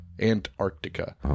Antarctica